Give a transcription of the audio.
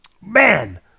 man